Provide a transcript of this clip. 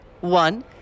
One